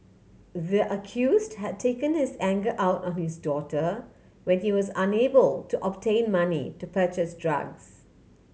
the accused had taken his anger out on his daughter when he was unable to obtain money to purchase drugs